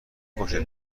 خوشت